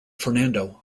fernando